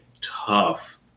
tough